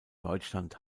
deutschland